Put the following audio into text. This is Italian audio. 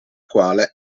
quale